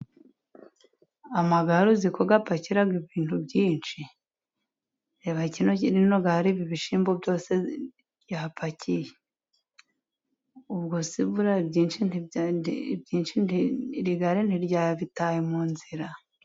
Amagare uziko apakira ibintu byinshi, reba rino gare ibi bishyimbo byose ryapakiye, ubwo se buriya ibyinshi iri gare ntiryabitaye mu nzira!